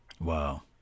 Wow